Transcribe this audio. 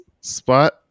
spot